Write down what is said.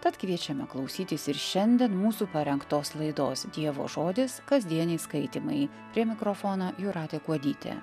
tad kviečiame klausytis ir šiandien mūsų parengtos laidos dievo žodis kasdieniai skaitymai prie mikrofono jūratė kuodytė